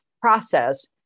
process